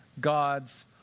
God's